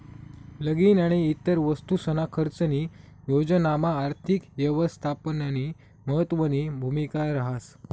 लगीन आणि इतर वस्तूसना खर्चनी योजनामा आर्थिक यवस्थापननी महत्वनी भूमिका रहास